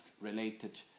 related